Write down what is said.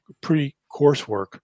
pre-coursework